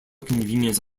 convenience